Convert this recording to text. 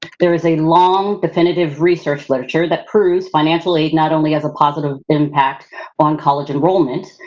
there is a long definitive research literature that proves financial aid not only has a positive impact on college enrollment,